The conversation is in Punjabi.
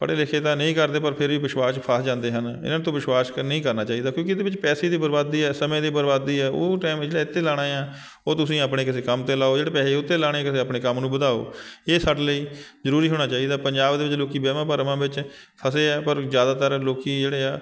ਪੜ੍ਹੇ ਲਿਖੇ ਤਾਂ ਨਹੀਂ ਕਰਦੇ ਪਰ ਫਿਰ ਵੀ ਵਿਸ਼ਵਾਸ ਫਸ ਜਾਂਦੇ ਹਨ ਇਹਨਾਂ ਤੋਂ ਵਿਸ਼ਵਾਸ ਕ ਨਹੀਂ ਕਰਨਾ ਚਾਹੀਦਾ ਕਿਉਂਕਿ ਇਹਦੇ ਵਿੱਚ ਪੈਸੇ ਦੀ ਬਰਬਾਦੀ ਸਮੇਂ ਦੀ ਬਰਬਾਦੀ ਹੈ ਉਹ ਟਾਈਮ ਜਿਹੜਾ ਇਹ 'ਤੇ ਲਾਣਾ ਆ ਉਹ ਤੁਸੀਂ ਆਪਣੇ ਕਿਸੇ ਕੰਮ 'ਤੇ ਲਾਓ ਜਿਹੜੇ ਪੈਸੇ ਉਹ 'ਤੇ ਲਾਣੇ ਕਿਸੇ ਆਪਣੇ ਕੰਮ ਨੂੰ ਵਧਾਓ ਇਹ ਸਾਡੇ ਲਈ ਜ਼ਰੂਰੀ ਹੋਣਾ ਚਾਹੀਦਾ ਪੰਜਾਬ ਦੇ ਵਿੱਚ ਲੋਕ ਵਹਿਮਾਂ ਭਰਮਾਂ ਵਿੱਚ ਫਸੇ ਆ ਪਰ ਜ਼ਿਆਦਾਤਰ ਲੋਕ ਜਿਹੜੇ ਆ